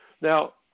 Now